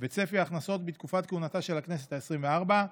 וצפי ההכנסות בתקופת כהונתה של הכנסת העשרים-וארבע,